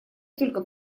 только